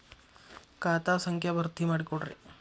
ಖಾತಾ ಸಂಖ್ಯಾ ಭರ್ತಿ ಮಾಡಿಕೊಡ್ರಿ